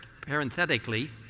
parenthetically